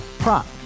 Prop